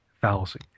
fallacy